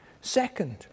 Second